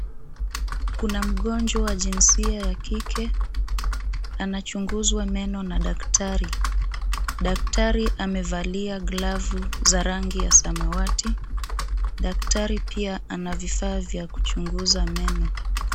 Kuna mgonjwa wa jinsia ya kike, anachunguzwa meno na daktari. Daktari amevalia glavu za rangi ya samawati, daktari pia ana vifaa kya kuchunguza meno.